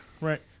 Right